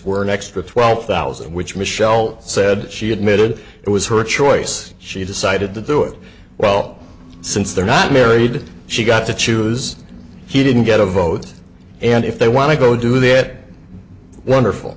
were an extra twelve thousand which michelle said she admitted it was her choice she decided to do it well since they're not married she got to choose he didn't get a vote and if they want to go do that wonderful